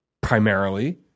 primarily